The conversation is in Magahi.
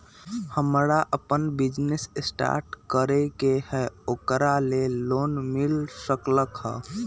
हमरा अपन बिजनेस स्टार्ट करे के है ओकरा लेल लोन मिल सकलक ह?